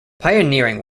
pioneering